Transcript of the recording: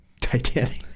Titanic